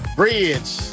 bridge